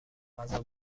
غذا